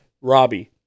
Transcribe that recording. Robbie